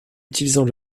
utilisant